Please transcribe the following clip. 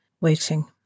waiting